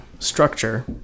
structure